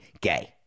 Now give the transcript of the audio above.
gay